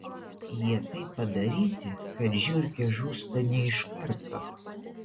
jie taip padaryti kad žiurkė žūsta ne iš karto